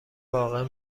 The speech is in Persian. واقع